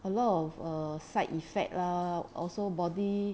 a lot of err side effect lah also body